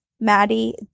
Maddie